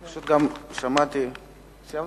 סיימת, גברתי?